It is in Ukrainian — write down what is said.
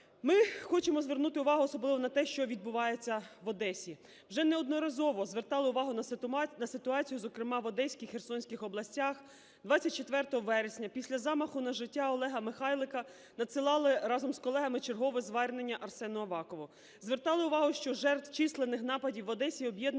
Ми хочемо звернути увагу, особливо на те, що відбувається в Одесі. Вже неодноразово звертали увагу на ситуацію, зокрема в Одеській і Херсонській областях. 24 вересня після замаху на життя Олега Михайлика надсилали разом з колегами чергове звернення Арсену Авакову. Звертали увагу, що жертв численних нападів в Одесі об'єднує